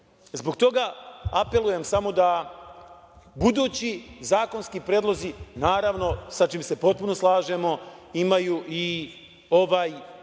toga apelujem samo da budući zakonski predlozi, sa čim se potpuno slažemo, imaju i ovaj